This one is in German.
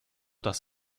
das